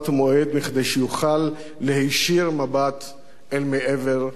כדי שיוכל להישיר מבט אל מעבר לאופק.